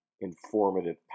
informative